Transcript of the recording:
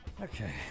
Okay